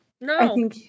No